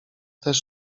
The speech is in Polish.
też